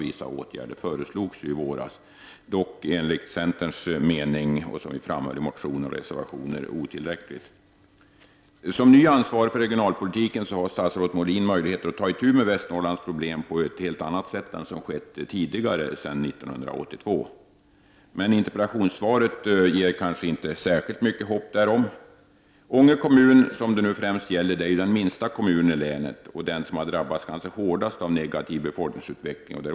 I våras föreslogs vissa åtgärder, som dock enligt centerns mening — som vi framhållit i motioner och reservationer — var otillräckliga. Som ny ansvarig för regionalpolitiken har statsrådet Molin möjligheter att ta itu med Västernorrlands problem på ett helt annat sätt än vad som skett sedan 1982. Men interpellationssvaret ger inte särskilt mycket hopp därom. Ånge kommun, som det nu främst gäller, är den minsta kommunen i länet och den som har drabbats hårdast av negativ befolkningsutveckling.